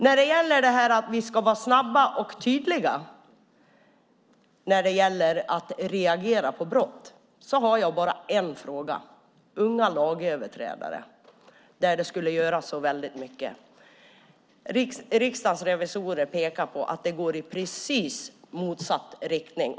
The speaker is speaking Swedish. När det gäller att vi ska reagera snabbt och tydligt på brott har jag bara en fråga när det gäller unga lagöverträdare där detta skulle göra så mycket. Riksdagens revisorer pekar på att det går i precis motsatt riktning.